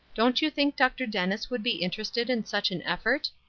don't you think dr. dennis would be interested in such an effort.